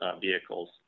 vehicles